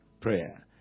prayer